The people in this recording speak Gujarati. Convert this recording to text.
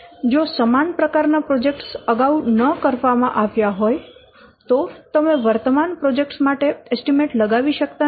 જો સમાન સમાન પ્રકારનાં પ્રોજેક્ટ્સ અગાઉ ન કરવામાં આવ્યા હોય તો તમે વર્તમાન પ્રોજેક્ટ્સ માટે એસ્ટીમેટ લગાવી શકતા નથી